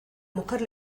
mujer